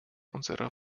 unserer